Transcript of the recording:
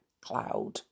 cloud